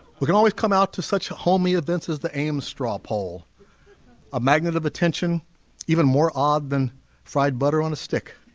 we can always come out to such homi events as the ames straw poll a magnet of attention even more odd than fried butter on a stick